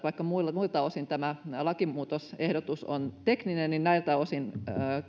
vaikka muilta muilta osin tämä lakimuutosehdotus on tekninen niin tämän asiakohdan osalta